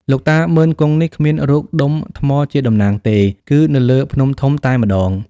លោកតា ម៉ឺន-គង់នេះ គ្មានរូបដុំថ្មជាតំណាងទេ គឺនៅលើភ្នំធំតែម្ដង។